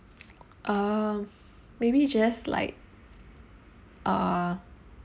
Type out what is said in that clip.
uh maybe just like uh